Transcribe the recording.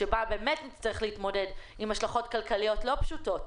בה באמת נצטרך להתמודד עם השלכות כלכליות לא פשוטות,